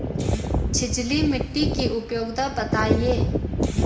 छिछली मिट्टी की उपयोगिता बतायें?